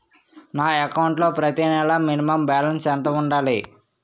నా అకౌంట్ లో ప్రతి నెల మినిమం బాలన్స్ ఎంత ఉండాలి?